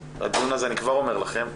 הדיון הזה, אני כבר אומר לכם,